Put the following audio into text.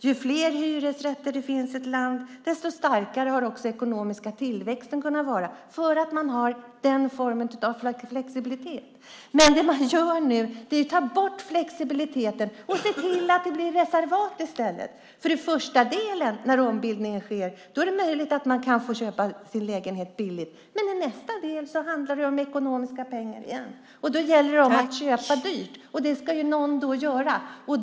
Ju fler hyresrätter det finns i ett land, desto starkare har också den ekonomiska tillväxten varit eftersom det finns den formen av flexibilitet. Vad som sker nu är att flexibiliteten tas bort och att det blir reservat i stället. I första delen när ombildning sker är det möjligt att få köpa sin lägenhet billigt, men i nästa del handlar det om ekonomi igen. Då är det fråga om att köpa dyrt. Det ska någon göra.